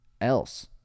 else